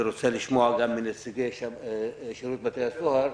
ורוצה לשמוע מנציגי שירות בתי הסוהר,